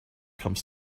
comes